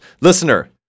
listener